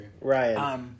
Right